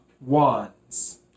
wands